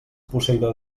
posseïdor